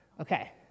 Okay